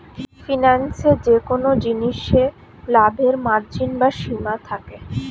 ফিন্যান্সে যেকোন জিনিসে লাভের মার্জিন বা সীমা থাকে